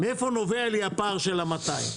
מאיפה נובע לי הפער של ה-200.